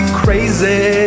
crazy